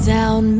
Down